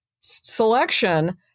selection